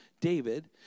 David